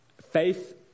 Faith